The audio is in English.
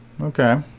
Okay